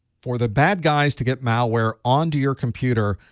for the bad guys to get malware on to your computer,